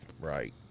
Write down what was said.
right